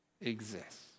exists